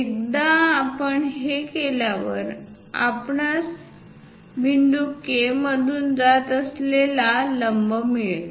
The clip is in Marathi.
एकदा आपण हे केल्यावर आपल्यास बिंदू K मधून जात असलेली लंब मिळेल